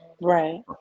Right